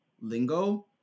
lingo